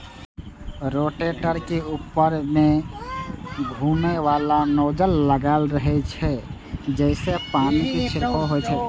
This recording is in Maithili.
रोटेटर के ऊपर मे घुमैबला नोजल लागल रहै छै, जइसे पानिक छिड़काव होइ छै